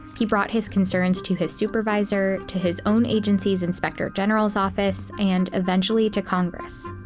he brought his concerns to his supervisor, to his own agency's inspector general's office, and eventually to congress.